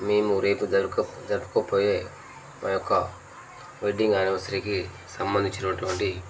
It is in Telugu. మేము రేపు జరుకప్ జరుపుకోబోయే మా యొక్క వెడ్డింగ్ యానివర్సరీకి సంబంధించినటువంటి